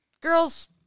girls